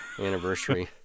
anniversary